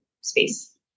space